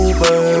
Uber